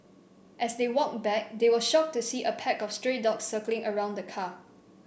as they walked back they were shocked to see a pack of stray dogs circling around the car